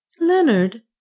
Leonard